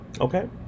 okay